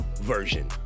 version